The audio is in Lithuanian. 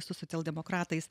su socialdemokratais